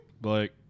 Blake